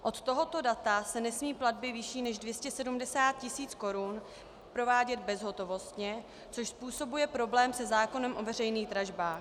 Od tohoto data se nesmí platby vyšší než 270 tisíc korun provádět bezhotovostně, což způsobuje problém se zákonem o veřejných dražbách.